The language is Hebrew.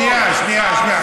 שנייה, שנייה.